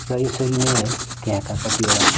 र यसरी नै है त्यहाँका कतिवटा